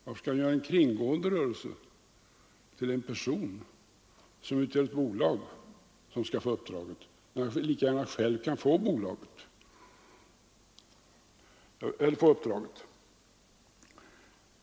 Varför skall man göra en kringgående rörelse till en person som utgör ett bolag när han lika gärna själv kan få uppdraget?